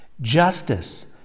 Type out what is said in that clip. Justice